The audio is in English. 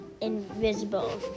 invisible